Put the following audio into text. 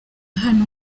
hano